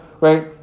right